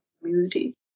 community